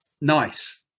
Nice